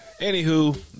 anywho